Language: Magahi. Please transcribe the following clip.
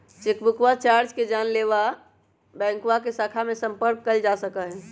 चेकबुकवा चार्ज के जाने ला बैंकवा के शाखा में संपर्क कइल जा सका हई